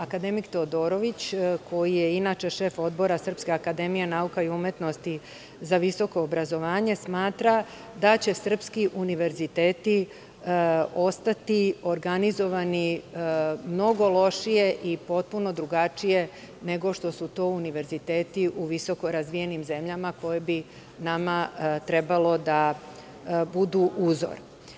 Akademik Teodorović, koji je inače šef Odbora SANU za visoko obrazovanje smatra da će srpski univerziteti ostati organizovani mnogo lošije i potpuno drugačije nego što su to univerziteti u visoko razvijenim zemljama koje bi nama trebalo da budu uzor.